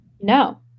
No